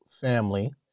family